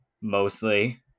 mostly